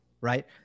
right